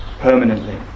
permanently